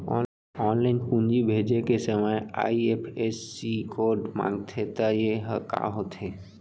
Online पूंजी भेजे के समय आई.एफ.एस.सी कोड माँगथे त ये ह का होथे?